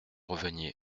reveniez